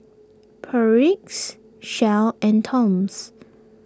Perdix Shell and Toms